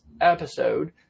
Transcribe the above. episode